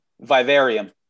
Vivarium